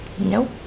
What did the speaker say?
Nope